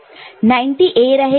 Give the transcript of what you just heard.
90 A रहेगा और 50 B रहेगा